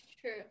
true